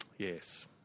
Yes